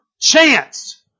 chance